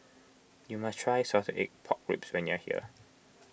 you must try Salted Egg Pork Ribs when you are here